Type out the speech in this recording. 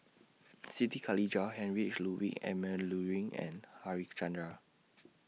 Siti Khalijah Heinrich Ludwig Emil Luering and Harichandra